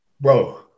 bro